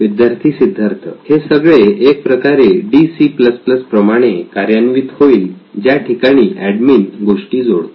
विद्यार्थी सिद्धार्थ हे सगळे एक प्रकारे D C plus plus DC प्रमाणे कार्यान्वित होईल ज्या ठिकाणी एडमिन गोष्टी जोडतो